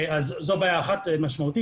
זו בעיה אחת משמעותית.